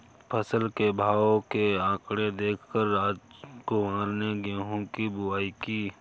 फसल के भाव के आंकड़े देख कर रामकुमार ने गेहूं की बुवाई की